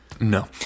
No